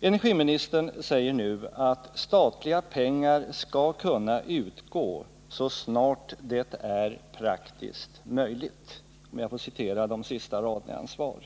Energiministern säger nu att statliga pengar skall kunna utgå ”så snart det Nr 43 är praktiskt möjligt”, för att citera det sista i hans svar.